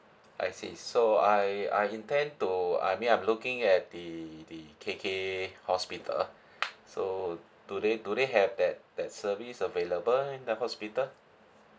I see so I I intend to I mean I'm looking at the the K_K hospital so do they do they have that that service available in the hospital